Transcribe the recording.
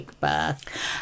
birth